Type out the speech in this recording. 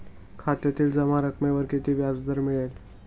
खात्यातील जमा रकमेवर किती व्याजदर मिळेल?